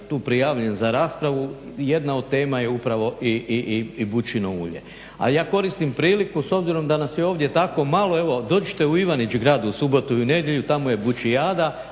tu prijavljen za raspravu, jedna od tema je upravo i bučino ulje. A ja koristim priliku s obzirom da nas je ovdje tako malo, evo dođite u Ivanić Grad u subotu i nedjelju, tamo je Bučijada.